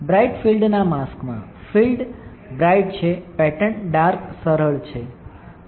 bright field ના માસ્કમાં field bright છે પેટર્ન ડાર્ક સરળ છે